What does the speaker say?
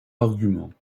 arguments